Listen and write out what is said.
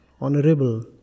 honorable